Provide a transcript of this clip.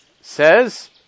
says